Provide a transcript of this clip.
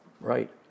Right